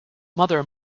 mother